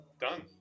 Done